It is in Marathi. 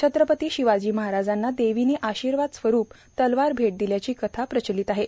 छत्रपती शिवाजी महाराजांना देवीने आशीर्वादरुपी तलवार भेट दिल्याची कथा प्रचलित आहे